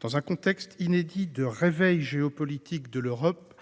Dans un contexte inédit de « réveil géopolitique de l'Europe